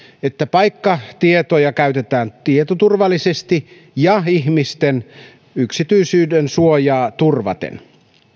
että paikkatietoja käytetään tietoturvallisesti ja ihmisten yksityisyydensuojaa turvaten